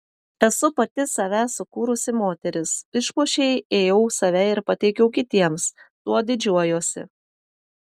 esu pati save sukūrusi moteris išpuošei ėjau save ir pateikiau kitiems tuo didžiuojuosi